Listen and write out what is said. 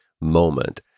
moment